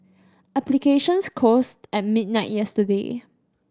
applications closed at midnight yesterday